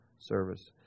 service